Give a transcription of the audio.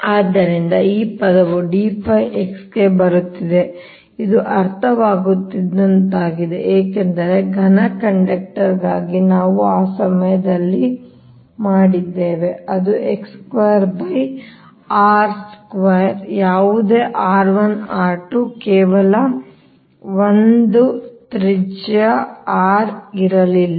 ಆದ್ದರಿಂದ ಈ ಪದವು d𝜱x ಗೆ ಬರುತ್ತಿದೆ ಇದು ಅರ್ಥವಾಗುವಂತಹದ್ದಾಗಿದೆ ಏಕೆಂದರೆ ಘನ ಕಂಡಕ್ಟರ್ ಗಾಗಿ ನಾವು ಆ ಸಮಯದಲ್ಲಿ ಅದನ್ನು ಮಾಡಿದ್ದೇವೆ ಅದು x² r² ಯಾವುದೇ r1 r2 ಕೇವಲ ಒಂದು ತ್ರಿಜ್ಯ r ಇರಲಿಲ್ಲ